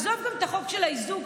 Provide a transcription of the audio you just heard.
עזוב את חוק האיזוק,